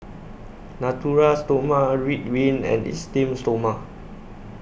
Natura Stoma Ridwind and Esteem Stoma